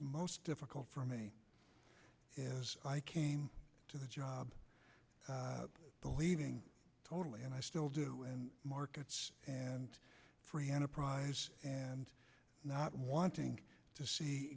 most difficult for me as i came to this job believing totally and i still do markets and free enterprise and not wanting to see